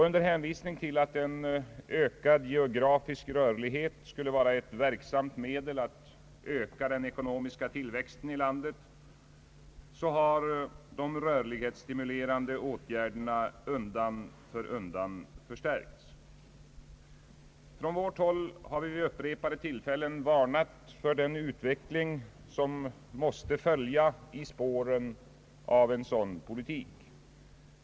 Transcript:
Under hänvisning till att en ökad geografisk rörlighet skulle vara ett verksamt medel att öka den ekonomiska tillväxten i landet har de rörlighetsstimulerande åtgärderna undan för undan förstärkts. Från vårt håll har vi vid upprepade tillfällen varnat för den utveckling som måste följa i spåren av en sådan politik.